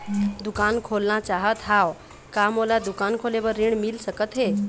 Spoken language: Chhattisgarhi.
दुकान खोलना चाहत हाव, का मोला दुकान खोले बर ऋण मिल सकत हे?